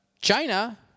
China